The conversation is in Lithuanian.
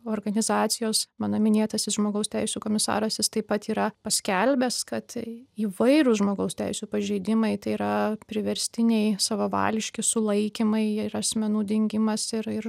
organizacijos mano minėtasis žmogaus teisių komisaras jis taip pat yra paskelbęs kad tai įvairūs žmogaus teisių pažeidimai tai yra priverstiniai savavališki sulaikymai ir asmenų dingimas ir ir